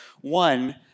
one